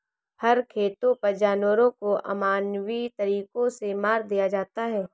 फर खेतों पर जानवरों को अमानवीय तरीकों से मार दिया जाता है